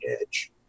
edge